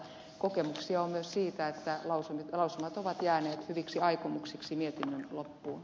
kokemuksia on myös siitä että lausumat ovat jääneet hyviksi aikomuksiksi mietinnön loppuun